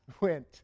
went